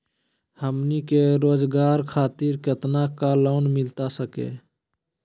हमनी के रोगजागर खातिर कितना का लोन मिलता सके?